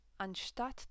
Anstatt